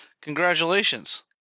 Congratulations